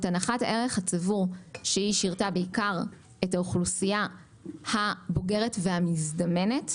את הנחת הערך הצבור ששירתה בעיקר את האוכלוסייה הבוגרת והמזדמנת,